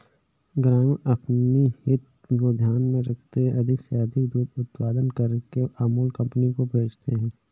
ग्रामीण अपनी हित को ध्यान में रखते हुए अधिक से अधिक दूध उत्पादन करके अमूल कंपनी को भेजते हैं